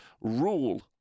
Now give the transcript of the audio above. rule